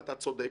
ואתה צודק.